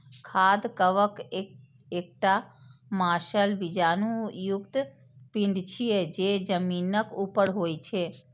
खाद्य कवक एकटा मांसल बीजाणु युक्त पिंड छियै, जे जमीनक ऊपर होइ छै